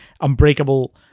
Unbreakable